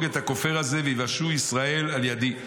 את הכופר הזה וייוושעו ישראל על ידי.